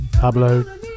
Pablo